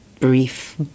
Brief